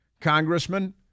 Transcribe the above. Congressman